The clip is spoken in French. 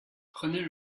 prenez